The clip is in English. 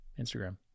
Instagram